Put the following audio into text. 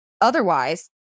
Otherwise